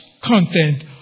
content